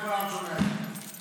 כל העם שומע את זה.